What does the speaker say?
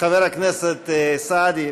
חבר הכנסת סעדי,